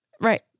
Right